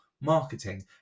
marketing